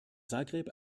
zagreb